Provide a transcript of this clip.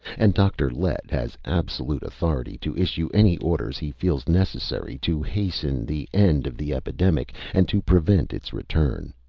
and dr. lett has absolute authority to issue any orders he feels necessary to hasten the end of the epidemic and to prevent its return.